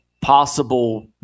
possible